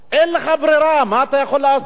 אין לך ברירה, מה אתה יכול לעשות?